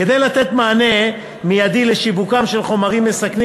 כדי לתת מענה מיידי לעניין שיווקם של חומרים מסכנים